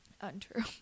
Untrue